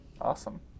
awesome